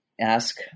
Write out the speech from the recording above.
ask